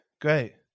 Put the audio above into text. great